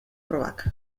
probak